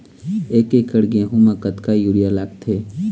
एक एकड़ गेहूं म कतक यूरिया लागथे?